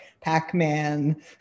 Pac-Man